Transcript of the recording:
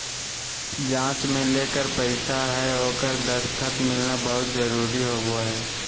जाँच में जेकर पैसा हइ ओकर दस्खत मिलना बहुत जरूरी होबो हइ